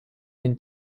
den